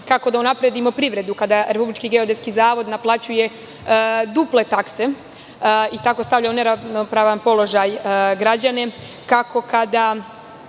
da unapredimo privredu, kada Republički geodetski zavod naplaćuje duple takse i tako stavlja u neravnopravan položaj građane, kako kada